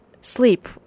sleep